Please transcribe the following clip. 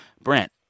Brent